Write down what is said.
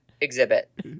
exhibit